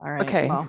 Okay